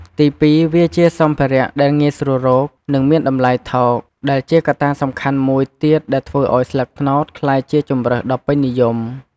ទីពីរ វាជា សម្ភារៈដែលងាយស្រួលរក និងមានតម្លៃថោក ដែលជាកត្តាសំខាន់មួយទៀតដែលធ្វើឲ្យស្លឹកត្នោតក្លាយជាជម្រើសដ៏ពេញនិយម។